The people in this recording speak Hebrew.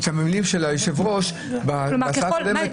אני אשתמש רגע במילים של היושב-ראש בהצעה הקודמת,